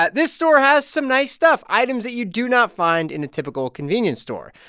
but this store has some nice stuff, items that you do not find in a typical convenience store.